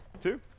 two